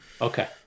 Okay